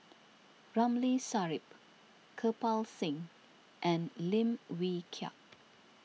Ramli Sarip Kirpal Singh and Lim Wee Kiak